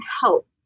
help